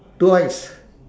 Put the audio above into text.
twice